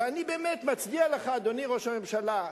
ואני באמת מצדיע לך, אדוני ראש הממשלה.